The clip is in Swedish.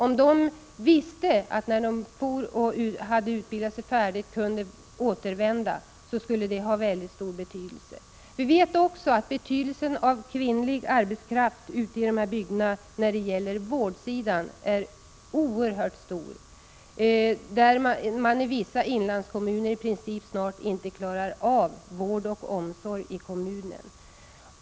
Om de visste att de kunde återvända till hembygden när de färdigutbildat sig, skulle det ha stor betydelse. Vi vet också att den kvinnliga arbetskraftens betydelse är mycket stor på vårdområdet i utflyttningsbygderna. I vissa inlandskommuner klarar man i dag i princip inte av vårdoch omsorgsverksamheten.